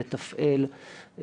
לתפעל,